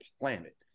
planet